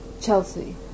Chelsea